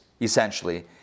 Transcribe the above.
essentially